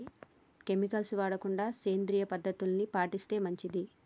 chemicals వాడకుండా సేంద్రియ పద్ధతుల్ని పాటిస్తే మంచిది